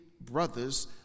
Brothers